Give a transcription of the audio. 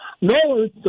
no